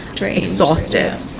exhausted